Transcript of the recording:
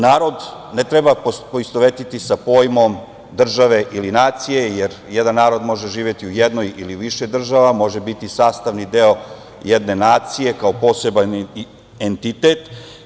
Narod ne treba poistovetiti sa pojmom države ili nacije, jer jedan narod može živeti u jednoj ili više država, može biti sastavni deo jedne nacije kao poseban entitet.